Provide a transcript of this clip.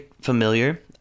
familiar